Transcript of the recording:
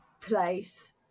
place